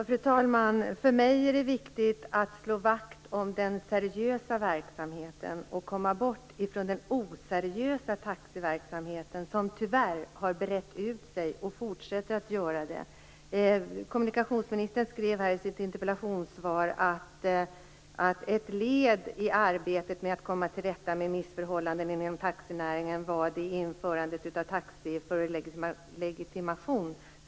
Fru talman! För mig är det viktigt att slå vakt om den seriösa verksamheten och komma bort från den oseriösa taxiverksamhet som, tyvärr, har brett ut sig och som fortsätter att göra det. Kommunikationsministern säger i sitt interpellationssvar att ett led i arbetet med att komma till rätta med missförhållanden inom taxinäringen var införandet av en taxiförarlegitimation.